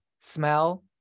smell